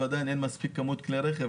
שעדיין אין כמות מספיקה של כלי רכב,